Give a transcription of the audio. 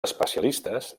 especialistes